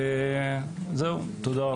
תודה רבה.